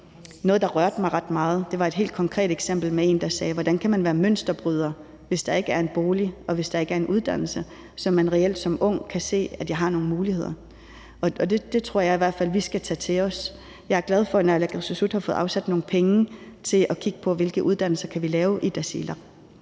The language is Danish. noget, der rørte mig ret meget, var et helt konkret eksempel med en, der sagde: Hvordan kan man være mønsterbryder, hvis der ikke er en bolig, og hvis der ikke er en uddannelse, så jeg som ung reelt kan se, at jeg har nogle muligheder? Det tror jeg i hvert fald vi skal tage til os. Jeg er glad for, at naalakkersuisut har fået afsat nogle penge til at kigge på, hvilke uddannelser vi kan lave i Tasiilaq.